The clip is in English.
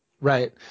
Right